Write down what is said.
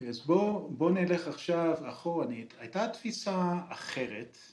‫אז בואו נלך עכשיו אחורנית. ‫הייתה תפיסה אחרת.